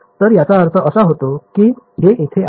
तर याचा अर्थ असा होतो की हे येथे आहे